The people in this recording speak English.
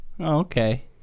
okay